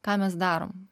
ką mes darom